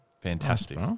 Fantastic